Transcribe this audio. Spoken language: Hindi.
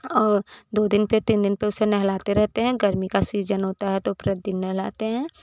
और दो दिन पर तीन दिन पर उसे नहलाते रहते हैं गर्मी का सीजन होता है तो प्रतिदिन नहलाते हैं